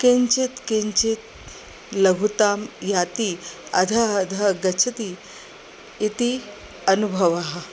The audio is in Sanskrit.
किञ्चित् किञ्चित् लघुतां याति अधः अधः गच्छति इति अनुभवः